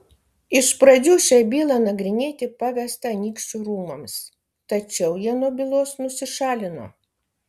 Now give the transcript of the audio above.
iš pradžių šią bylą nagrinėti pavesta anykščių rūmams tačiau jie nuo bylos nusišalino